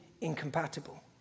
incompatible